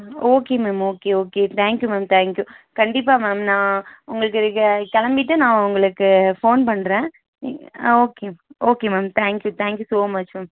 okay ma'am okay okay thank you ma'am thank you கண்டிப்பாக மேம் நான் உங்களுக்கு கிளம்பிட்டு நான் உங்களுக்கு ஃபோன் பண்ணுறன் ஆ okay okay ma'am thank you thank you so much ma'am